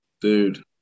Dude